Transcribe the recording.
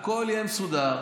הכול יהיה מסודר.